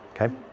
okay